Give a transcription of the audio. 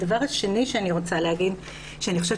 הדבר השני שאני רוצה להגיד אני חושבת